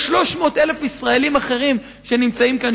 יש 300,000 ישראלים אחרים שנמצאים כאן,